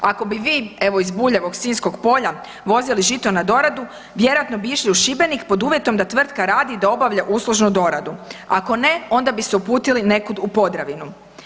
Ako bi vi evo iz Buljevog Sinjskog polja vozili žito na doradu vjerojatno bi išli u Šibenik pod uvjetom da tvrtka radi i da obavlja uslužnu doradu, ako ne onda bi se uputili nekud u Podravinu.